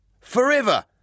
Forever